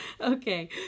Okay